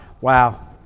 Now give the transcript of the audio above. Wow